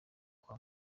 kwa